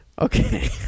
okay